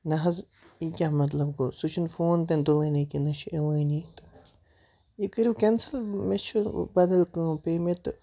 نہ حظ یہِ کیاہ مطلب گوٚو سُہ چھُنہٕ فون تہِ نہٕ تُلٲنی نہ چھُ نہٕ یِوٲنی تہٕ یہِ کٔرِو کینسل مےٚ چھُ بدل کٲم پیٚیہِ مےٚ تہٕ